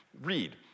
read